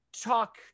talk